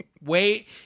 Wait